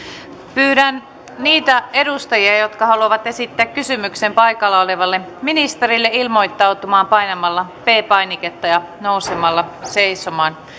pyydän niitä edustajia jotka haluavat esittää kysymyksen paikalla olevalle ministerille ilmoittautumaan painamalla p painiketta ja nousemalla seisomaan